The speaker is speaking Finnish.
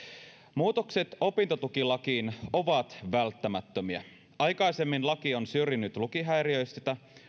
muutokset opintotukilakiin ovat välttämättömiä aikaisemmin laki on syrjinyt lukihäiriöisiä